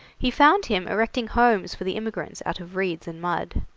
he found him erecting homes for the immigrants out of reeds and mud.